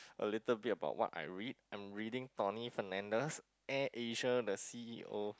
a little bit about what I read I'm reading Tony Fernandes Air Asia the C_E_O